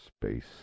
space